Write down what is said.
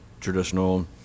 traditional